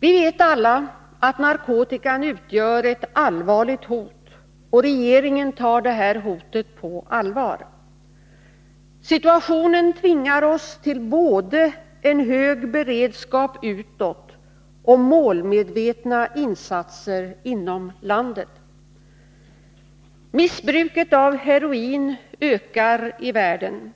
Vi vet alla att narkotikan utgör ett allvarligt hot, och regeringen tar det hotet på allvar. Situationen tvingar oss till både en hög beredskap utåt och målmedvetna insatser inom landet. Missbruket av heroin ökar i världen.